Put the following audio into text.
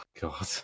god